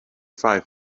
five